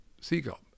Seagull